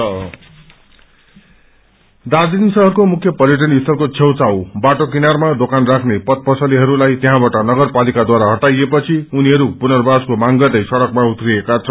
हर्कस दार्जीलिङ शहरको मुख्य पर्यटन स्थलको छकउछाउ बाटो किनारामा बोक्रान राख्ने पशि पसलेहरूलाई त्यहाँबाट नगरपालिकाद्वारा हटाईएपछि उनीहरू पुनवासको मांग गर्दै सङ्कमा उत्रिएका छन्